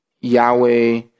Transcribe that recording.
Yahweh